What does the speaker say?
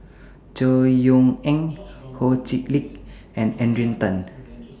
Chor Yeok Eng Ho Chee Lick and Adrian Tan